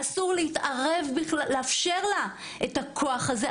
אסור לאפשר לה את הכוח הזה,